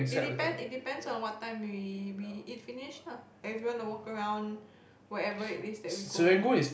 it depends it depends on what time we we eat finish lah like you if want to walk around wherever it is that we go